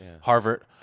Harvard